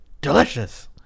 delicious